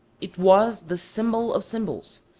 it was the symbol of symbols,